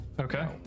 Okay